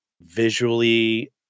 visually